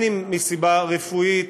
אם מסיבה רפואית,